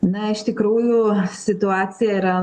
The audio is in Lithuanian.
na iš tikrųjų situacija yra